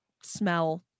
smell